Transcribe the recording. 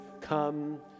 come